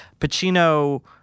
Pacino